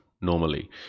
normally